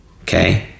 okay